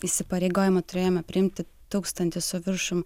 įsipareigojimą turėjome priimti tūkstantį su viršum